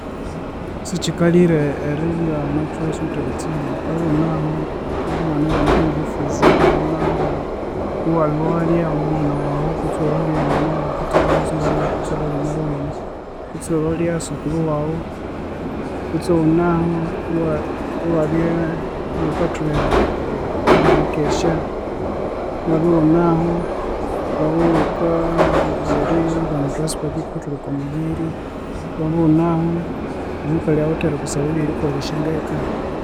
Sikyikalhire eribya omwekihugho siwuwithe ebitsibu, wukabya iwunahu omwana ibamubingira fees, iwawunahu iwalhwalya omwana wawu, kutsi iwalhwalya mama wawu, kutsi iwalhwalya sungali wawu, kutsi iwalhwalya mwali wenyu, kutsi iwalhwalya sukulhu wawu, kutsi iwunahu iwa iwabya iwukathuhe ahe- rikesya, iwabya iwunahu iwabya iwukabana transport eyerikuthwalha okomubiri, iwabya wunahu omukalhi awithe erikusaba ngebyerikolhesya ngeka